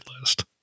list